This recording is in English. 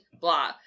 blah